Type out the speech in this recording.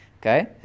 Okay